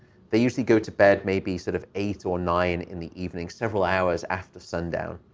they usually go to bed maybe sort of eight or nine in the evening, several hours after sundown.